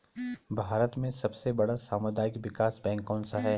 भारत में सबसे बड़ा सामुदायिक विकास बैंक कौनसा है?